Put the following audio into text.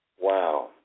Wow